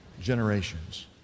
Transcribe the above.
Generations